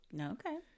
Okay